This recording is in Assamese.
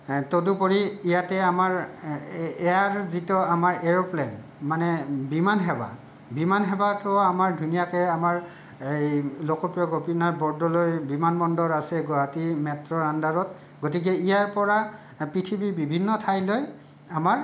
তদুপৰি ইয়াতে আমাৰ ইয়াৰ যিটো আমাৰ এৰোপ্লেন মানে বিমানসেৱা বিমানসেৱাটোও আমাৰ ধুনীয়াকে আমাৰ এই লোকপ্ৰিয় গোপীনাথ বৰদলৈ বিমানবন্দৰ আছে গুৱাহাটী মেট্ৰ'ৰ আণ্ডাৰত গতিকে ইয়াৰ পৰা পৃথিৱীৰ বিভিন্ন ঠাইলৈ আমাৰ